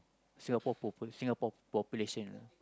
Singapore population Singapore population lah